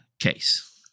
case